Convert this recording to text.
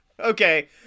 Okay